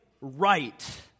right